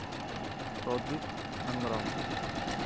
Pradip Hembrom